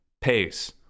Pace